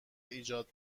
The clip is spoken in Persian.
ایجاد